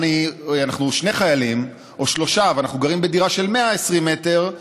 ואם אנחנו שני חיילים או שלושה ואנחנו גרים בדירה של 120 מטר,